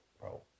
bro